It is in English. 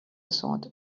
thought